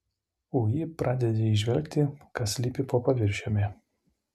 ui pradedi įžvelgti kas slypi po paviršiumi